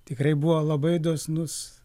tikrai buvo labai dosnus